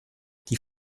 die